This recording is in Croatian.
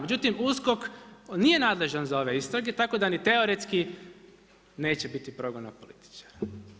Međutim, USKOK nije nadležan za ove istrage tako da ni teoretski neće biti progona političara.